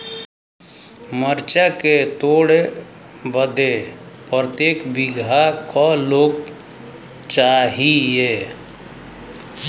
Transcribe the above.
मरचा के तोड़ बदे प्रत्येक बिगहा क लोग चाहिए?